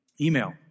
Email